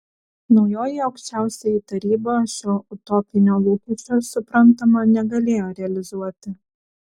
naujoji aukščiausioji taryba šio utopinio lūkesčio suprantama negalėjo realizuoti